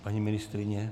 Paní ministryně?